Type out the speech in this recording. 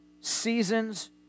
seasons